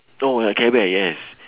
oh ya care bear yes